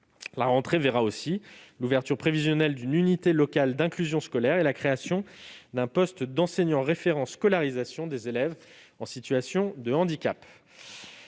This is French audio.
La rentrée verra aussi l'ouverture prévisionnelle d'une unité locale d'inclusion scolaire et la création d'un poste d'enseignant référent pour la scolarisation des élèves en situation de handicap.